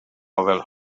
nofel